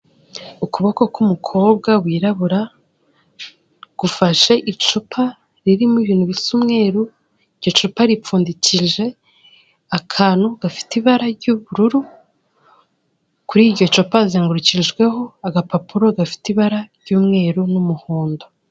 Ukuboko k'umukobwa wirabura, gufashe icupa ririmo ibintu bisa umweru, iryo cupa ripfundikije akantu gafite ibara ry'ubururu, kuri iryo cupa hazengurukijweho agapapuro gafite ibara ry'umweru n'umuhondo.